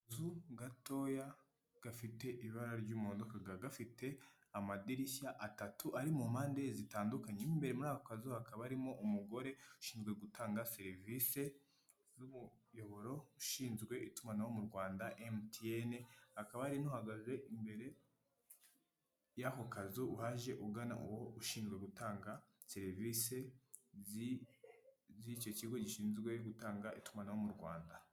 Akazu gatoya gafite ibara ry'umuhondo kakaba gafite amadirishya atatu ari mu mpande zitandukanye mwimbere muri ako kazu hakaba arimo umugore ushinzwe gutanga serivisi z'umuyoboro ushinzwe itumanaho mu rwanda MTN hakaba hari uhagaze imbere y'ako kazu waje ugana uwo ushinzwe gutanga serivisi z'icyo kigo gishinzwe gutanga itumanaho mu Rwanda.